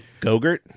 Gogurt